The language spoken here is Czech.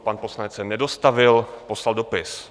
Pan poslanec se nedostavil, poslal dopis.